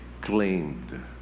claimed